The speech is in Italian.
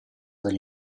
delle